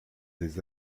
des